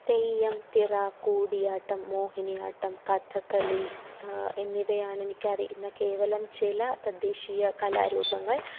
തെയ്യം തിറ കൂടിയാട്ടം മോഹിനിയാട്ടം കഥകളി എന്നിവയാണ് എനിക്കറിയാവുന്ന കേവലം ചില തദ്ദേശീയ കലാരൂപങ്ങൾ